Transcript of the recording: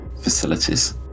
facilities